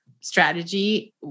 strategy